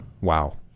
Wow